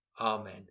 Amen